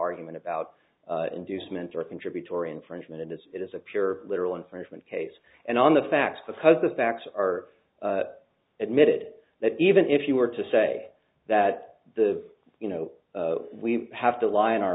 argument about inducement or contributory infringement as it is a pure literal infringement case and on the facts because the facts are admitted that even if you were to say that the you know we have to lie in our